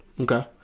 Okay